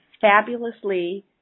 fabulously